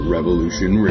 Revolution